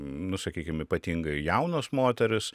nu sakykim ypatingai jaunos moterys